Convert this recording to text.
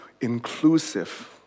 inclusive